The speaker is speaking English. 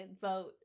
vote